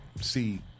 see